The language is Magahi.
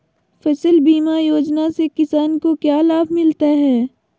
फसल बीमा योजना से किसान को क्या लाभ मिलता है?